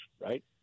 right